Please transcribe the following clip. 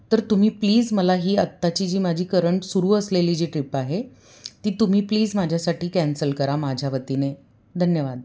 तर तुम्ही प्लीज मला ही आताची जी माझी करंट सुरू असलेली जी ट्रिप आहे तुम्ही प्लीज माझ्यासाठी कॅन्सल करा माझ्या वतीने धन्यवाद